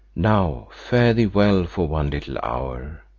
now fare thee well for one little hour.